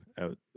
out